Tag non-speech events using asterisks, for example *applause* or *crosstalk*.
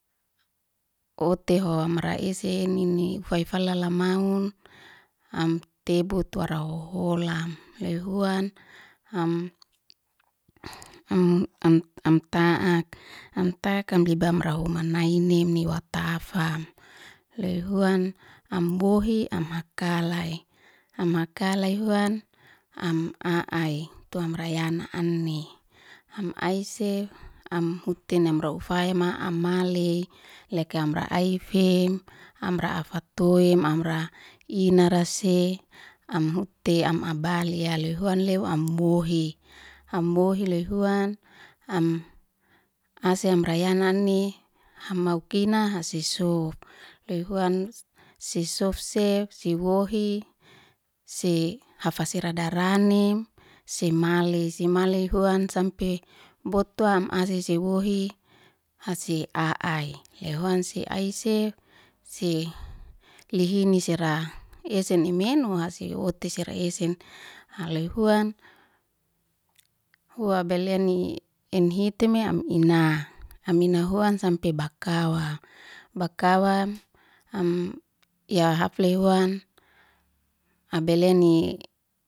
Ote hoam amra ese eninni fai- falal maun am tebu ara hohola loy huan am am- am ta'ak am ta'ak am libamra uman nainemni watafam, loy huan am bohi am hakalay, am hakalay huan am a'ai tu amra yana anhi am ai sef am hute amra ufayama amale leke amr aifem amra afatoim amra inar se am hute abalya ya loy huan leu am wohi, am wohi lou huan, am ase amra yana ani am haukina hasi sof, loy huan si sofsef si wohi se hafa se radaranim si amle, si male huan sampe botwam ase sewohi hase a'ai leu huan si ai sef se lihini sera esen i menu ase ote sera esem *hesitation* loy huan hua abeleni enhiteme am ina, am ina huan sampe bkawa, bakawam am ya hafeley huan abeleni.